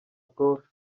prof